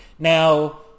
Now